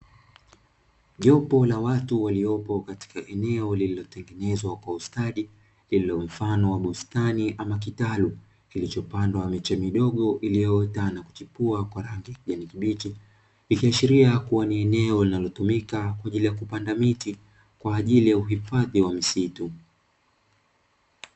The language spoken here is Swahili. Jopo la watu waliopo katoka eneo lililotengenezwa kwa ustadi, lililo mfano wa bustani ama kitalu kilichopandwa miche midogo iliyoota na kuchipua kwa rangi ya kijani kibichi ikiashiria kuwa ni eneo linalotumika kwa ajili ya kupanda miti kwa ajili ya uhifadhi wa misitu.